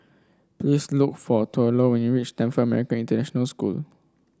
please look for Thurlow when you reach Stamford American International School